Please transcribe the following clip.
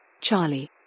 Charlie